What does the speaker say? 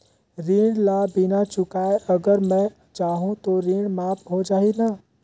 ऋण ला बिना चुकाय अगर मै जाहूं तो ऋण माफ हो जाही न?